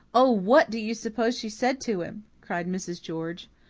oh, what do you suppose she said to him? cried mrs. george.